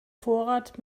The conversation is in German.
vorrat